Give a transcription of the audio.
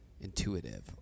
intuitive